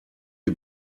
die